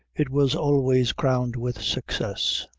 it was always crowned with success.